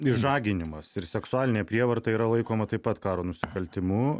išžaginimas ir seksualinė prievarta yra laikoma taip pat karo nusikaltimu